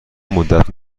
مدت